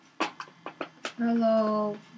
Hello